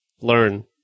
learn